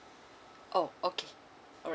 oh okay al~